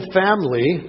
family